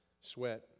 sweat